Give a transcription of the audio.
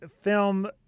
film